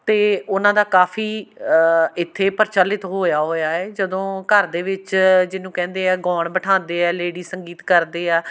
ਅਤੇ ਉਹਨਾਂ ਦਾ ਕਾਫੀ ਇੱਥੇ ਪ੍ਰਚਲਿਤ ਹੋਇਆ ਹੋਇਆ ਹੈ ਜਦੋਂ ਘਰ ਦੇ ਵਿੱਚ ਜਿਹਨੂੰ ਕਹਿੰਦੇ ਆ ਗੌਣ ਬਿਠਾਉਂਦੇ ਹੈ ਲੇਡੀ ਸੰਗੀਤ ਕਰਦੇ ਆ